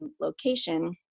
location